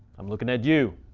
i'm looking at you.